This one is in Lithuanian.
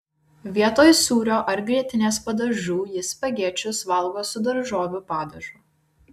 vietoj sūrio ar grietinės padažų ji spagečius valgo su daržovių padažu